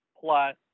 plus